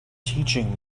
teaching